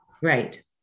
Right